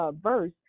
verse